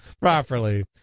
Properly